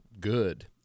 good